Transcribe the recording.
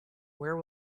where